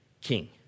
king